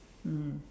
mm